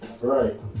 Right